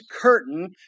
curtain